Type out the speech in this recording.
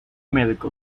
médico